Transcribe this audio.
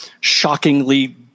shockingly